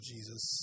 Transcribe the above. Jesus